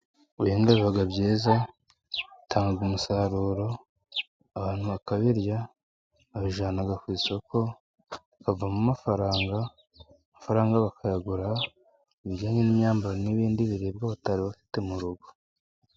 Guhinga biba byiza， bitanga umusaruro， abantu bakabirya， babijyana ku isoko， havamo amafaranga. Amafaranga bakayagura ibijyanye n'imyambaro， n'ibindi biribwa batari bafite mu rugo.